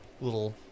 little